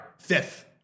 Fifth